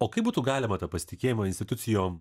o kaip būtų galima tą pasitikėjimą institucijom